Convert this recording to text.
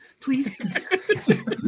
Please